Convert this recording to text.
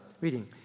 reading